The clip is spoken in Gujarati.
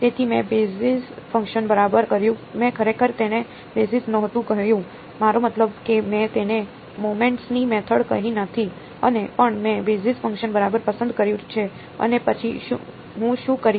તેથી મેં બેઝિસ ફંક્શન બરાબર કર્યું મેં ખરેખર તેને બેઝિસ નહોતું કહ્યું મારો મતલબ કે મેં તેને મોમેન્ટ્સની મેથડ કહી નથી અને પણ મેં બેઝિસ ફંક્શન બરાબર પસંદ કર્યું છે અને પછી હું શું કરીશ